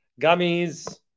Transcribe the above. Gummies